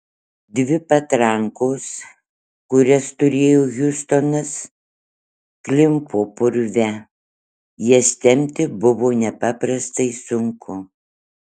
dvi patrankos kurias turėjo hiustonas klimpo purve jas tempti buvo nepaprastai sunku